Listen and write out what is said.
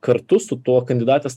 kartu su tuo kandidatės